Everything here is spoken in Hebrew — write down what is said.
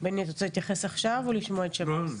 בני, אתה רוצה להתייחס עכשיו או לשמוע את שב"ס?